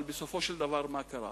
אבל בסופו של דבר מה קרה?